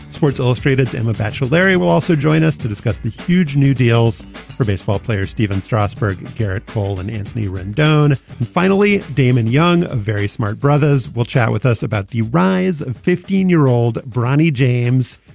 sports illustrated's emma bachir larry will also join us to discuss the huge new deals for baseball players stephen strasburg, garrett paul and anthony rendon finally, damon young, a very smart brothers, will chat with us about the rise of fifteen year old bronnie james,